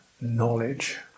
knowledge